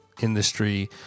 industry